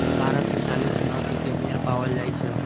भारत मे चालीस नस्ल के भेड़ पाओल जाइ छै